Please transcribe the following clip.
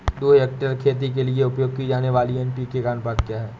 दो हेक्टेयर खेती के लिए उपयोग की जाने वाली एन.पी.के का अनुपात क्या है?